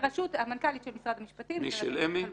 בראשות המנכ"לית של משרד המשפטים, אמי פלמור.